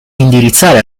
indirizzare